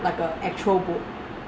like an actual boat